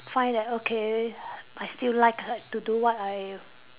find that okay I still like like to do what I